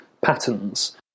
Patterns